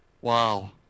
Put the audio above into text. Wow